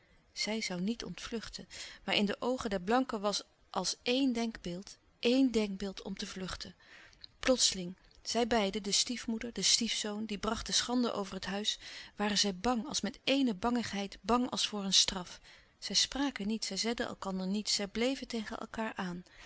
zij zoû niet ontvluchten maar in de oogen der blanken was als eén denkbeeld eén denkbeeld om te vluchten plotseling zij beiden de stiefmoeder de stiefzoon die brachten schande over het huis waren zij bang als met eéne bangheid bang als voor een straf zij spraken niet zij zeiden elkander niets zij bleven tegen elkaâr aan